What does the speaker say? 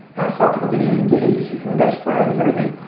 saw people getting engaged, becoming best friends, everything.